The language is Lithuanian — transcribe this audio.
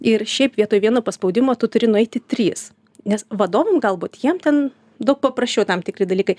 ir šiaip vietoj vieno paspaudimo tu turi nueiti trys nes vadovam galbūt jiem ten daug paprasčiau tam tikri dalykai